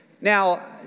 Now